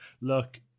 look